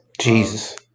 Jesus